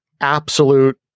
absolute